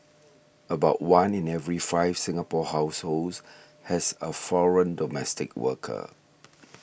about one in every five Singapore households has a foreign domestic worker